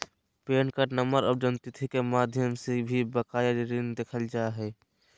pan card नम्बर आर जन्मतिथि के माध्यम से भी बकाया ऋण देखल जा हय